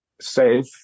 safe